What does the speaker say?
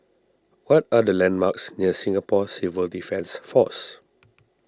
what are the landmarks near Singapore Civil Defence force